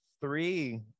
three